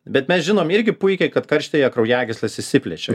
bet mes žinom irgi puikiai kad karštyje kraujagyslės išsiplečia